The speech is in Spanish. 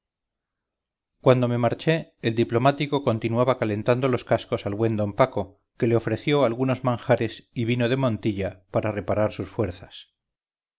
cuando me marché el diplomático continuaba calentando los cascos al buen d paco que le ofreció algunos manjares y vino de montilla para reparar sus fuerzas